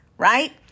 Right